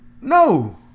no